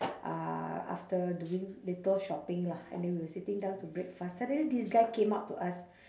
uh after doing little shopping lah and then we were sitting down to break fast suddenly this guy came up to us